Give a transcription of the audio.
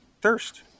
thirst